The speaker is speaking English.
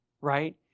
Right